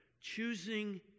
Choosing